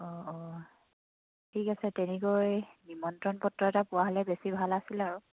অঁ অঁ ঠিক আছে তেনেকৈ নিমন্ত্ৰণ পত্ৰ এটা পোৱা হ'লে বেছি ভাল আছিল আৰু